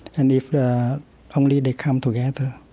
and if but only they come together